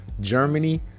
Germany